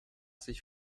sich